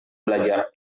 belajar